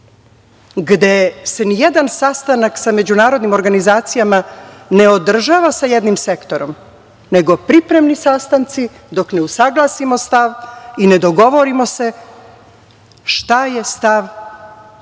gde se nijedan sastanak sa Međunarodnom organizacijom, ne održava sa jednim sektorom, nego pripremni sastanci, dok ne usaglasimo stav i ne dogovorimo se šta je stav majke